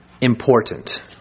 important